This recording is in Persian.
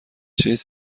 چیز